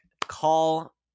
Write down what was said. Call